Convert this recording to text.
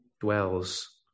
dwells